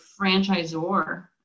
franchisor